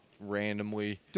randomly